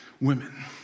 Women